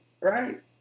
right